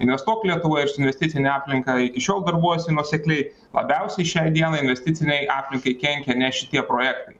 investuok lietuvoje aš su investicine aplinka iki šiol darbuojuosi nuosekliai labiausiai šiai dienai investicinei aplinkai kenkia ne šitie projektai